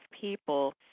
people